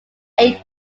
eight